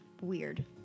weird